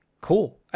cool